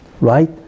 right